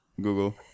Google